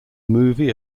movie